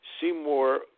Seymour